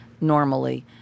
normally